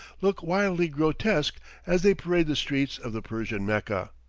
look wildly grotesque as they parade the streets of the persian mecca.